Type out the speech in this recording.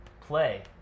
play